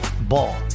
Ball